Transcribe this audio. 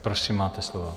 Prosím, máte slovo.